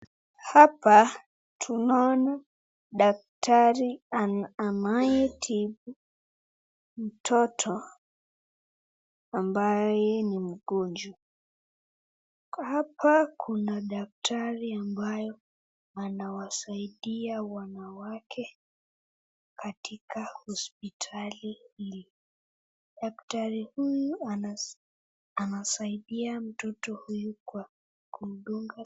Hapa tunaona daktari anayetibu mtoto ambaye ni mgonjwa. Hapa kuna daktari ambayo anawasaidia wanawake katika hospitali hii. Daktari huyu anasaidia mtoto huyu kwa kumdunga.